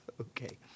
Okay